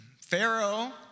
Pharaoh